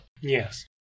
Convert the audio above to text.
Yes